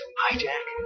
hijack